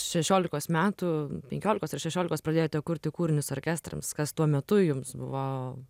šešiolikos metų penkiolikos ar šešiolikos pradėjote kurti kūrinius orkestrams kas tuo metu jums buvo